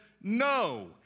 no